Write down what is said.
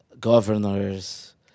Governors